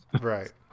Right